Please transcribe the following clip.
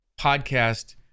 podcast